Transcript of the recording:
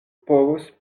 povos